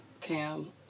cam